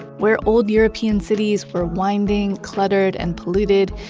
where old european cities were winding, cluttered and polluted,